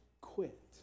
quit